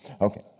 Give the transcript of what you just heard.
Okay